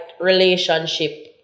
relationship